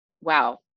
wow